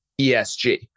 ESG